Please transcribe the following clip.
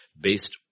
based